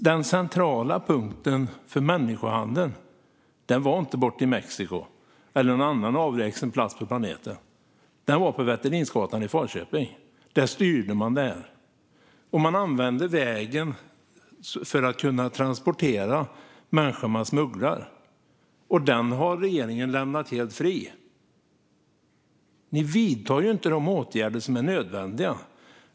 Den centrala punkten för människohandeln fanns inte borta i Mexiko eller någon annan avlägsen plats på planeten. Den fanns på Wetterlinsgatan i Falköping. Där styrde man det här. Man använde vägen för att kunna transportera människor man smugglade, och den har regeringen lämnat helt fri. Ni vidtar ju inte de åtgärder som är nödvändiga.